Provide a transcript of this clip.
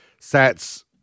Sats